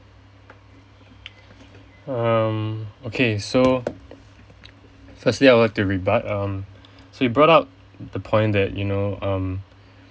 um okay so firstly I would like to rebut um so you brought up the point that you know um